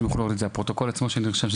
גם לפרוטוקול עצמו שהכול נרשם,